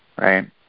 right